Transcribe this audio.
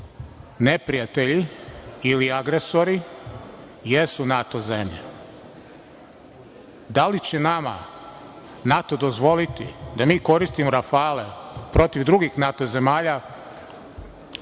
neprijatelji ili agresori jesu NATO zemlje. Da li će nama NATO dozvoliti da mi koristimo rafale protiv drugih NATO zemalja